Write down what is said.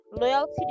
loyalty